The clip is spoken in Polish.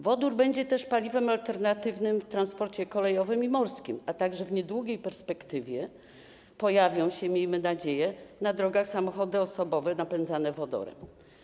Wodór będzie też paliwem alternatywnym w transporcie kolejowym i morskim, a także w niedługiej perspektywie pojawią się, miejmy nadzieję, na drogach samochody osobowe napędzane wodorem.